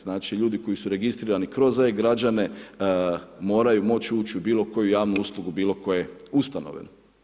Znači ljudi koji su registrirani kroz e-građane moraju moći ući u bilo koju javnu uslugu bilo koje ustanove.